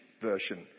version